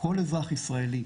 כל אזרח ישראלי,